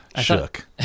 Shook